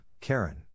Karen